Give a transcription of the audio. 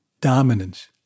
dominance